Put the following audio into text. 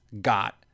got